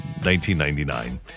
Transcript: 1999